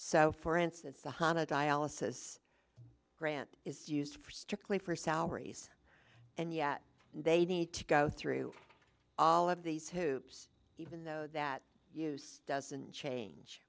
so for instance the hon a dialysis grant is used for strictly for salaries and yet they need to go through all of these hoops even though that use doesn't change